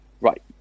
right